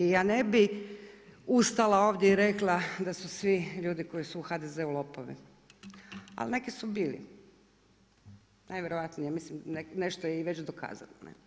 I ja ne bi ustala ovdje i rekla da su svi ljudi koji su u HDZ-u lopovi, ali neki su bili, najvjerojatnije, nešto je već i dokazano.